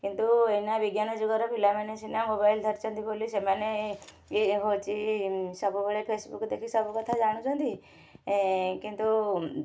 କିନ୍ତୁ ଏଇନା ବିଜ୍ଞାନ ଯୁଗରେ ପିଲାମାନେ ସିନା ମୋବାଇଲ୍ ଧରିଛନ୍ତି ବୋଲି ସେମାନେ ଇଏ ହେଉଛି ସବୁବେଳେ ଫେସବୁକ୍ ଦେଖି ସବୁ କଥା ଜଣୁଛନ୍ତି କିନ୍ତୁ